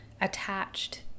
attached